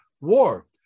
war